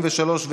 פה?